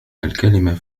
الكلمة